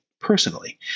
personally